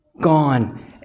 gone